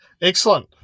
Excellent